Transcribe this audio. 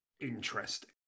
interesting